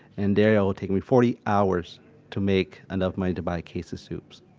and there, it'll take me forty hours to make enough money to buy a case of soups